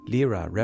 Lira